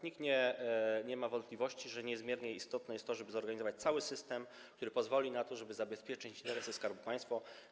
Nikt nie ma wątpliwości, że niezmiernie istotne jest to, żeby zorganizować cały system, który pozwoli na to, żeby zabezpieczyć interesy Skarbu Państwa.